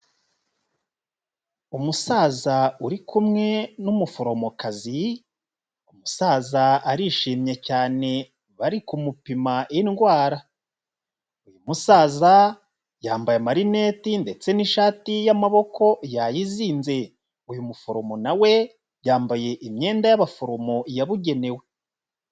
Umusaza uri kumwe n'umuforomokazi, umusaza arishimye cyane bari kumupima indwara, umusaza yambaye amarineti ndetse n'ishati y'amaboko yayizinze, uyu muforomo na we yambaye imyenda y'abaforomo yabugenewe.